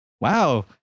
Wow